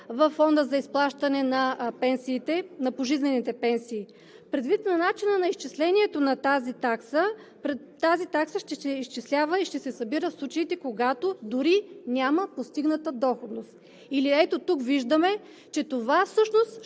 във Фонда за изплащане на пожизнените пенсии, предвид на начина на изчислението на тази такса, тази такса ще се изчислява и ще се събира в случаите, когато дори няма постигната доходност.“ Ето тук виждаме, че това всъщност ще